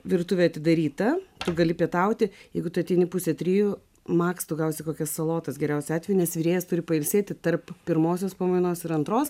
virtuvė atidaryta gali pietauti jeigu tu ateini pusę trijų max tu gausi kokias salotas geriausiu atveju nes virėjas turi pailsėti tarp pirmosios pamainos ir antros